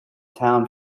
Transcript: town